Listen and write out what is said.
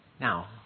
Now